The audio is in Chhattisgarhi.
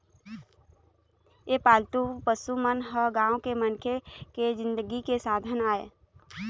ए पालतू पशु मन ह गाँव के मनखे के जिनगी के साधन आय